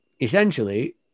essentially